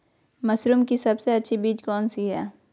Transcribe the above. Mushroom की सबसे अच्छी बीज कौन सी है?